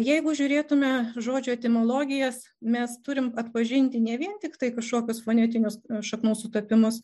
jeigu žiūrėtume žodžių etimologijas mes turim atpažinti ne vien tiktai kažkokius fonetinius šaknų sutapimus